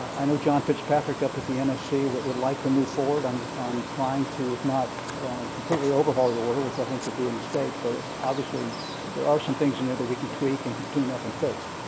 i know john fitzpatrick up at the and nsc would would like to move forward on on trying to, if not completely overhaul the order, which i think would be a mistake, but obviously there are some things in there that we could tweak and could tune-up and fix.